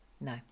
no